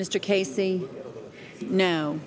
mr casey no